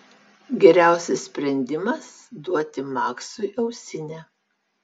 geriausias sprendimas duoti maksui ausinę